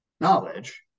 knowledge